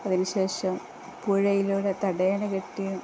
അതിനു ശേഷം പുഴയിലൂടെ തടയണ കെട്ടിയ